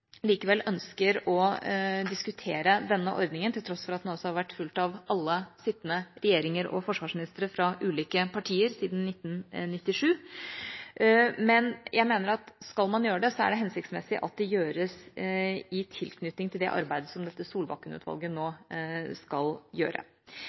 likevel ønsker å diskutere denne ordningen, til tross for at den altså har vært fulgt av alle sittende regjeringer og forsvarsministre fra ulike partier siden 1997. Men jeg mener at skal man gjøre det, er det hensiktsmessig at det gjøres i tilknytning til det arbeidet